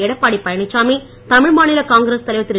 எடப்பாடி பழனிச்சாமி தமிழ்மாநில காங்கிரஸ்தலைவர் திரு